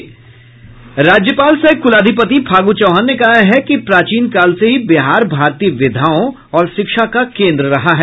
राज्यपाल सह कुलाधिपति फागू चौहान ने कहा है कि प्राचीनकाल से ही बिहार भारतीय विधाओं और शिक्षा का केन्द्र रहा है